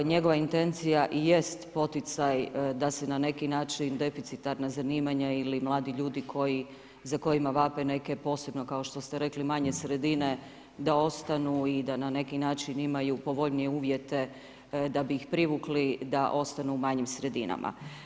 Njegova intencija i jest poticaj da se na neki način deficitarna zanimanja ili mladi ljudi za kojima vape neke, posebno kao što ste rekli manje sredine, da ostanu i da na neki način imaju povoljnije uvjete da bi ih privukli da ostanu u manjim sredinama.